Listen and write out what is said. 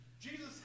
Jesus